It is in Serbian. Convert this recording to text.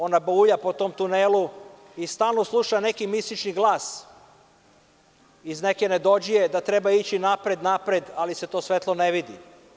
On baulja po tom tunelu i stalno sluša neki mistični glas iz neke nedođije da treba ići napred, ali se ta svetlost ne vidi.